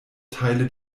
teile